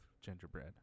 gingerbread